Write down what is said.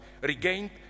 regained